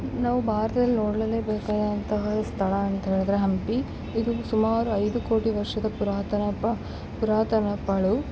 ನಾವು ಭಾರತದಲ್ಲಿ ನೋಡಲೇ ಬೇಕಾದಂತಹ ಸ್ಥಳ ಅಂತ ಹೇಳಿದರೆ ಹಂಪಿ ಇದು ಸುಮಾರು ಐದು ಕೋಟಿ ವರ್ಷದ ಪುರಾತನ ಪುರಾತನ ಪಾಳು